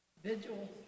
Vigil